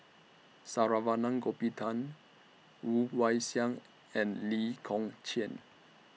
Saravanan Gopinathan Woon Wah Siang and Lee Kong Chian